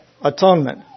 atonement